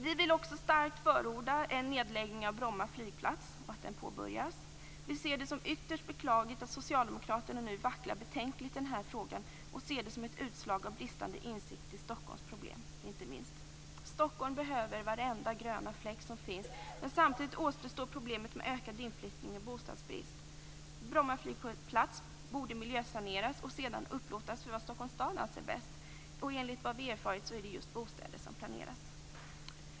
Vi vill också starkt förorda en nedläggning av Bromma flygplats och att denna påbörjas. Vi ser det som ytterst beklagligt att socialdemokraterna nu vacklar betänkligt i den här frågan och ser det som ett utslag av bristande insikt i inte minst Stockholms problem. Stockholm behöver varenda grön fläck som finns, men samtidigt återstår problemet med ökad inflyttning och bostadsbrist. Bromma flygplats borde miljösaneras och sedan upplåtas för vad Stockholms stad anser bäst. Enligt vad vi erfarit är det just bostäder som planeras.